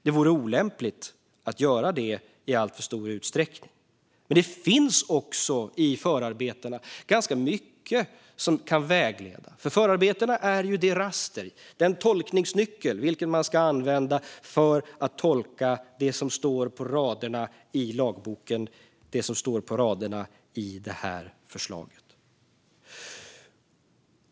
Det vore olämpligt att göra det i alltför stor utsträckning. Det finns också i förarbetena ganska mycket som kan vägleda. Förarbetena är ju det raster, den tolkningsnyckel vilken man ska använda för att tolka det som står på raderna i lagboken, det som står på raderna i det här förslaget.